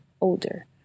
older